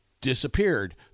disappeared